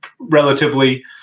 relatively